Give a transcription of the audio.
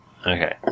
Okay